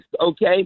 okay